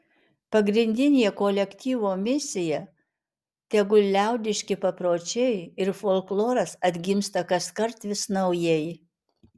pagrindinė kolektyvo misija tegul liaudiški papročiai ir folkloras atgimsta kaskart vis naujai